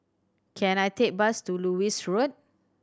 can I take a bus to Lewis Road